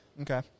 Okay